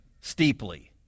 steeply